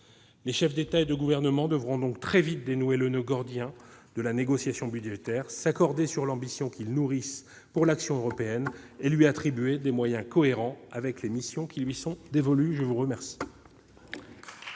Les chefs d'État et de gouvernement devront donc très vite dénouer le noeud gordien de la négociation budgétaire, s'accorder sur l'ambition qu'ils nourrissent pour l'action européenne et attribuer cette dernière des moyens cohérents avec les missions qui lui sont dévolues. Très bien